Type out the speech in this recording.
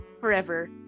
forever